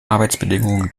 arbeitsbedingungen